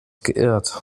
geirrt